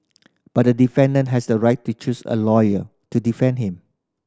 but the defendant has a right to choose a lawyer to defend him